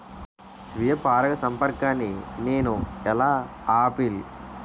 స్వీయ పరాగసంపర్కాన్ని నేను ఎలా ఆపిల్?